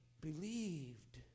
believed